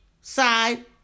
Side